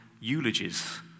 eulogies